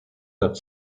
that